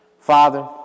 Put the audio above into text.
Father